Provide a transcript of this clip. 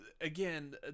Again